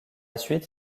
suite